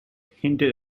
hinted